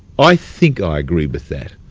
i think i agree with that,